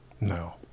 No